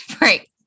Right